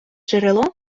джерело